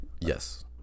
Yes